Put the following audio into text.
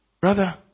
Brother